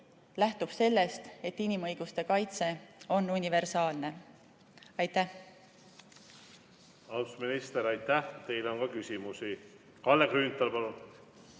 lähtub sellest, et inimõiguste kaitse on universaalne. Aitäh! Austatud minister, aitäh! Teile on ka küsimusi. Kalle Grünthal, palun!